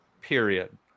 period